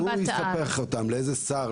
אז הוא יספח אותם לאיזה שר,